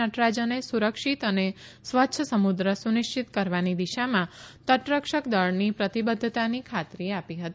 નટરાજને સુરક્ષિત અને સ્વચ્છ સમુદ્ર સુનિશ્ચિત કરવાની દિશામાં તટરક્ષક દળની પ્રતિબધ્ધતાની ખાતરી આપી હતી